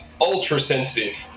ultra-sensitive